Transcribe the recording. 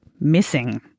missing